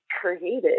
created